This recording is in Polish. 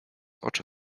oczy